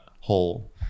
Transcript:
whole